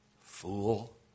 Fool